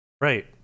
Right